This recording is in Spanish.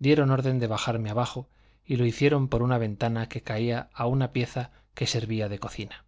dieron orden de bajarme abajo y lo hicieron por una ventana que caía a una pieza que servía de cocina